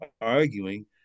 arguing